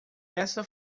essa